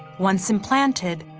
once implanted,